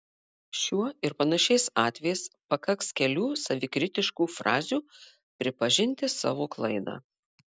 šiuo ir panašiais atvejais pakaks kelių savikritiškų frazių pripažinti savo klaidą